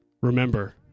Remember